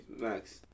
max